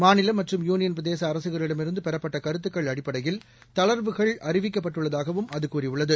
மாநில மற்றும் யூனியன் பிரதேச அரசுகளிடமிருந்து பெறப்பட்ட கருத்துக்கள் அடிப்படையில் தளர்வுகள் அறிவிக்கப்பட்டுள்ளதாகவும் அது கூறியுள்ளது